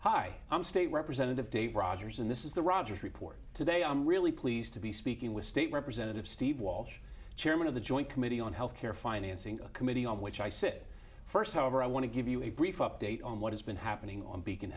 hi i'm state representative dave rogers and this is the rogers report today i'm really pleased to be speaking with state representative steve walsh chairman of the joint committee on health care financing committee on which i sit first however i want to give you a brief update on what has been happening on be